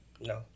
No